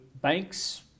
banks